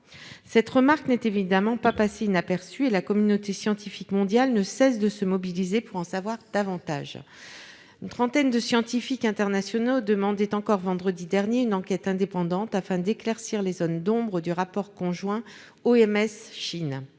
Cette remarque n'est évidemment pas passée inaperçue ; la communauté scientifique mondiale ne cesse de se mobiliser pour en savoir davantage. Une trentaine de scientifiques internationaux demandaient encore vendredi dernier une enquête indépendante afin d'éclaircir les zones d'ombre du rapport produit